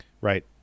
Right